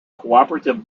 cooperative